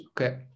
okay